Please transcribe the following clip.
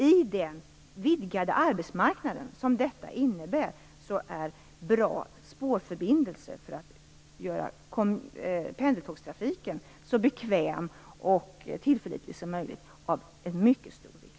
I den vidgade arbetsmarknad som detta innebär är bra spårförbindelser för att göra pendeltågstrafiken så bekväm och tillförlitlig som möjligt av mycket stor vikt.